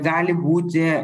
gali būti